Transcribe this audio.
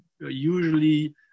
usually